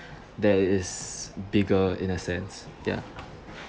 that is bigger in a sense ya